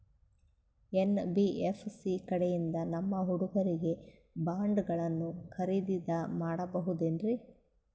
NBFC ಕಡೆಯಿಂದ ನಮ್ಮ ಹುಡುಗರಿಗೆ ಬಾಂಡ್ ಗಳನ್ನು ಖರೀದಿದ ಮಾಡಬಹುದೇನ್ರಿ?